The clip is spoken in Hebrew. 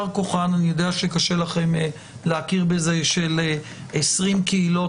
אני יודע שקשה לכם להכיר בזה של-20 קהילות